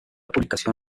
publicación